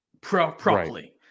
properly